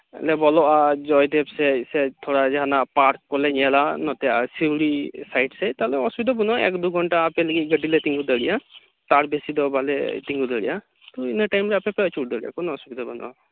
ᱞᱮ ᱵᱚᱞᱚᱜᱼᱟ ᱡᱚᱭᱫᱮᱵᱽ ᱥᱮᱫ ᱥᱮ ᱛᱷᱚᱲᱟ ᱡᱟᱦᱟᱱᱟᱜ ᱯᱟᱨᱠ ᱞᱮ ᱧᱮᱞᱟ ᱱᱚᱛᱮ ᱟᱨ ᱥᱤᱣᱲᱤ ᱥᱟᱭᱤᱴ ᱥᱮᱫ ᱛᱟᱦᱚᱞᱮ ᱠᱚᱱᱚ ᱚᱥᱩᱵᱤᱫᱟ ᱵᱟᱹᱱᱩᱜᱼᱟ ᱮᱠ ᱫᱩ ᱜᱷᱚᱱᱴᱟ ᱟᱯᱮ ᱞᱟᱹᱜᱤᱫ ᱜᱟᱰᱤᱞᱮ ᱛᱤᱸᱜᱩ ᱫᱟᱲᱮᱭᱟᱜᱼᱟ ᱛᱟᱨ ᱵᱮᱥᱤ ᱫᱚ ᱵᱟᱞᱮ ᱛᱤᱸᱜᱩ ᱫᱟᱲᱮᱭᱟᱜᱼᱟ ᱛᱚ ᱤᱱᱟᱹ ᱴᱟᱭᱤᱢ ᱨᱮ ᱟᱯᱮᱯᱮ ᱟᱪᱩᱨ ᱫᱟᱲᱮᱭᱟᱜᱼᱟ ᱠᱚᱱᱚ ᱚᱥᱩᱵᱤᱫᱟ ᱵᱟ ᱱᱩᱜᱼᱟ